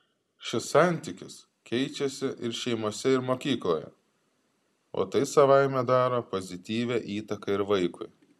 šis santykis keičiasi ir šeimose ir mokykloje o tai savaime daro pozityvią įtaką ir vaikui